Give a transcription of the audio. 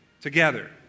together